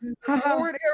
Forward